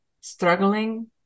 struggling